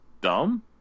dumb